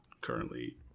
currently